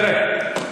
תראה,